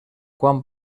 quan